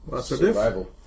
Survival